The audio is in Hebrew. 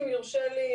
אם יורשה לי,